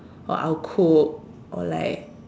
or I'' cook or like